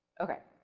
okay.